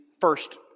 first